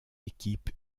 équipe